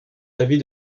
l’avis